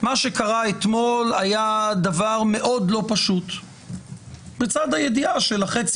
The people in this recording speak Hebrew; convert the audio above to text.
מה שקרה אתמול היה דבר מאוד לא פשוט לצד הידיעה שעבור החצי